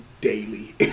daily